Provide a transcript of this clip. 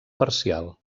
parcial